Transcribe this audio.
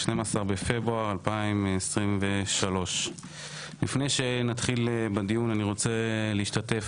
12 בפברואר 2023. לפני שנתחיל בדיון אני רוצה להשתתף